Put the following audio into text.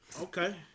Okay